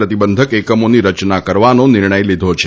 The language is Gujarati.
પ્રતિબંધક એકમોની રચના કરવાનો નિર્ણય લીધો છે